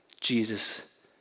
Jesus